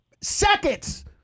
seconds